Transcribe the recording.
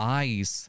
eyes